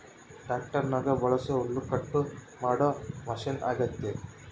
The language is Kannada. ಟ್ಯಾಕ್ಟರ್ನಗ ಬಳಸೊ ಹುಲ್ಲುಕಟ್ಟು ಮಾಡೊ ಮಷಿನ ಅಗ್ಯತೆ